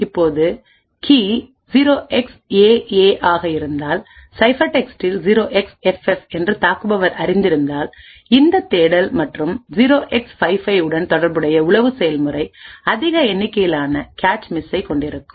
இப்போது key 0xAA ஆக இருந்தால் சைஃபெர்டெக்ஸ்ட் 0xFF என்று தாக்குபவர் அறிந்திருந்தால் இந்த தேடல் மற்றும் 0x55 உடன் தொடர்புடைய உளவு செயல்முறை அதிக எண்ணிக்கையிலான கேச் மிஸ்ஸைக் கொண்டிருக்கும்